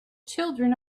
children